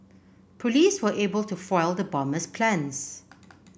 police were able to foil the bomber's plans